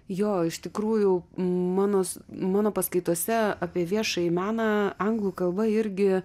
jo iš tikrųjų mano mano paskaitose apie viešąjį meną anglų kalba irgi